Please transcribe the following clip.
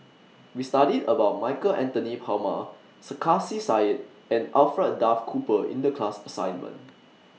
We studied about Michael Anthony Palmer Sarkasi Said and Alfred Duff Cooper in The class assignment